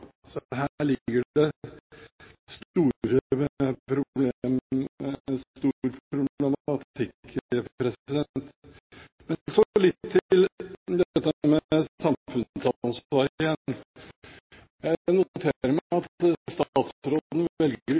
så her ligger det stor problematikk. Men så litt til dette med samfunnsansvar igjen. Jeg noterer meg at statsråden velger